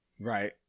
right